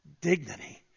dignity